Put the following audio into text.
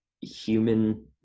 human